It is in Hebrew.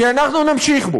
כי אנחנו נמשיך בו,